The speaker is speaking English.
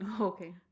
okay